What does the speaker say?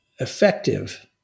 effective